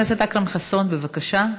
חבר הכנסת אכרם חסון, בבקשה.